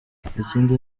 ikindi